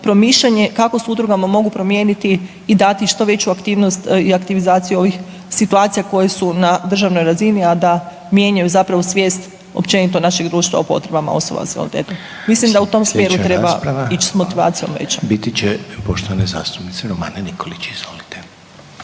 promišljanje kako s udrugama mogu promijeniti i dati što veću aktivnost i aktivizaciju ovih situacija koje su na državnoj razini, a da mijenjaju zapravo svijest općenito našeg društva o potrebama osoba s invaliditetom. Mislim da u tom slijedu treba ići s motivacijom većom. **Reiner, Željko (HDZ)** Slijedeća rasprava biti će poštovan zastupnice Romane Nikolić. Izvolite.